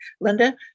Linda